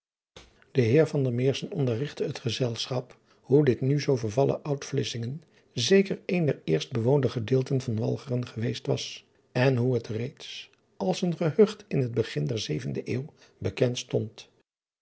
e eer onderrigtte het gezelschap hoe dit nu zoo vervallen oud lissingen zeker een der eerst bewoonde gedeelten van alcheren geweest was en hoe het reeds als een gehucht in het begin der zevende euw bekend stond